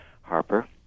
Harper